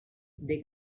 they